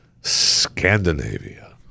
Scandinavia